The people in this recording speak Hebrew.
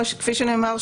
כפי שנאמר,